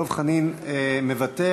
דב חנין מוותר.